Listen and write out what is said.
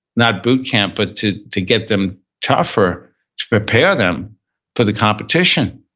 not boot camp, but to to get them tougher to prepare them for the competition,